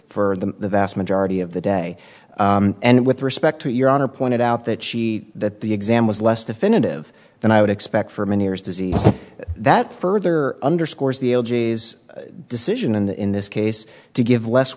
for the vast majority of the day and with respect to your honor pointed out that she that the exam was less definitive than i would expect for many years diseases that further underscores the decision and in this case to give less